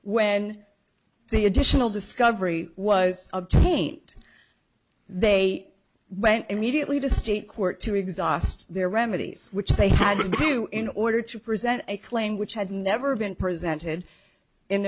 when the additional discovery was obtained they went immediately to state court to exhaust their remedies which they had to do in order to present a claim which had never been presented in